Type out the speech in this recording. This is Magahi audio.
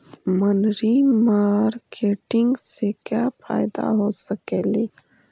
मनरी मारकेटिग से क्या फायदा हो सकेली?